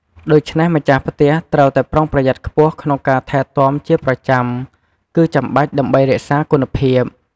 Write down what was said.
ដូច្នេះ ម្ចាស់ផ្ទះត្រូវតែប្រុងប្រយ័ត្នខ្ពស់ក្នុងការថែទាំជាប្រចាំគឺចាំបាច់ដើម្បីរក្សាគុណភាព។